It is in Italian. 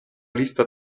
lista